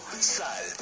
sal